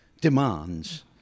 demands